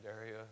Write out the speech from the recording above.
area